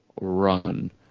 run